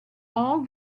all